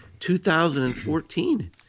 2014